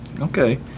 Okay